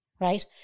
Right